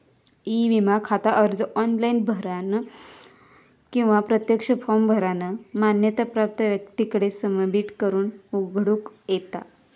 E विमा खाता अर्ज ऑनलाइन भरानं किंवा प्रत्यक्ष फॉर्म भरानं मान्यता प्राप्त व्यक्तीकडे सबमिट करून उघडूक येता